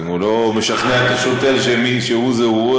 אם הוא לא משכנע את השוטר שהוא זה הוא,